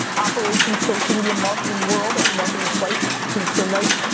operations, social media marketing world? i said marketing twice cause it's so nice,